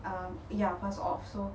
um ya pass off so